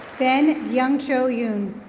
ben young chou yun.